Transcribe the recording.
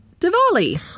Diwali